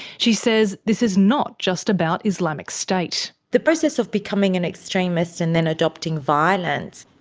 she says this is not just about islamic state. the process of becoming an extremist and then adopting violence,